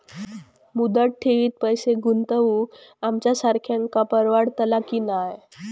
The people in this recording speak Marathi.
मुदत ठेवीत पैसे गुंतवक आमच्यासारख्यांका परवडतला की नाय?